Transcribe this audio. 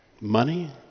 Money